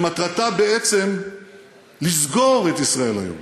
שמטרתה בעצם לסגור את "ישראל היום".